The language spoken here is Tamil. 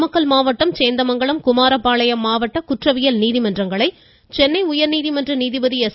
நாமக்கல் மாவட்டம் சேந்தமங்கலம் குமாரபாளையம் மாவட்ட குற்றவியல் நீதிமன்றங்களை சென்னை உயர்நீதிமன்ற நீதிபதி எஸ்